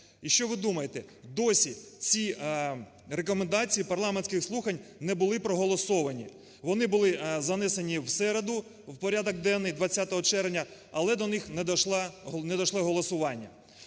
І що ви думаєте? Досі ці рекомендації парламентських слухань не були проголосовані, вони були занесені в середу в порядок денний 20 червня, але до них не дійшло голосування.